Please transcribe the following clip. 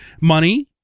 money